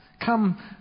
Come